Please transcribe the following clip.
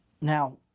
Now